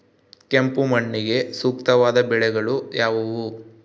ಕೆಂಪು ಮಣ್ಣಿಗೆ ಸೂಕ್ತವಾದ ಬೆಳೆಗಳು ಯಾವುವು?